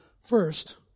First